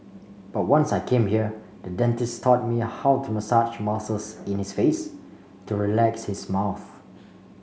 but once I came here the dentist taught me how to massage muscles in his face to relax his mouth